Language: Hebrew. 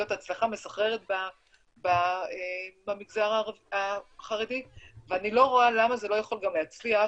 זאת הצלחה מסחררת במגזר החרדי ואני לא רואה למה זה לא יכול גם להצליח